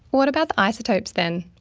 what about the isotopes then?